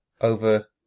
over